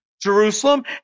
Jerusalem